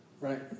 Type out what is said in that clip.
Right